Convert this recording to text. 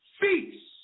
feast